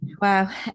Wow